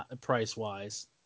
price-wise